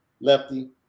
Lefty